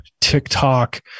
TikTok